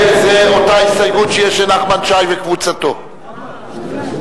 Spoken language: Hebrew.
ההסתייגות של חבר הכנסת רוברט טיבייב לסעיף 41,